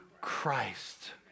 Christ